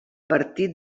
partit